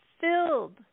filled